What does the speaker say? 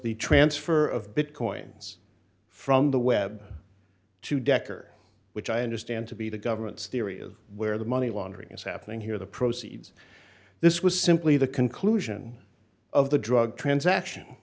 the transfer of bitcoins from the web to decker which i understand to be the government's theory of where the money laundering is happening here the proceeds this was simply the conclusion of the drug transaction